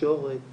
תקשורת